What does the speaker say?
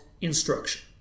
instruction